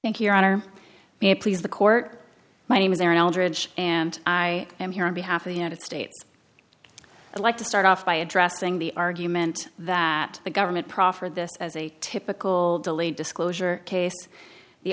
thank you your honor and please the court my name is there eldridge and i am here on behalf of the united states i'd like to start off by addressing the argument that the government proffered this as a typical delayed disclosure case the